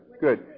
good